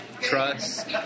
Trust